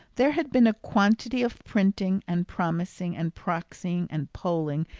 there had been a quantity of printing, and promising, and proxying, and polling,